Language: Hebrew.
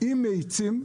עם מאיצים.